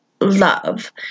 love